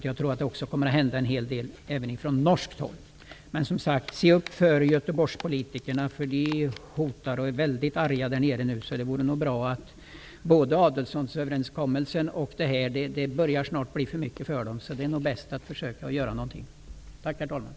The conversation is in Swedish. Jag tror att det kommer att hända en hel del även från norskt håll. Men, som sagt, se upp för Göteborgspolitikerna! De hotar och är väldigt arga där nere nu. Både Adelsohnöverenskommelsen och det här börjar snart bli för mycket för dem, så det är nog bäst att försöka göra något. Tack, herr talman.